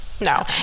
no